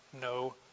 no